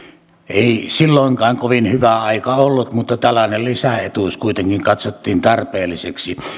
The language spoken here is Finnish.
ei silloinkaan kovin hyvä aika ollut mutta tällainen lisäetuus kuitenkin katsottiin tarpeelliseksi